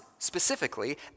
Specifically